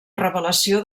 revelació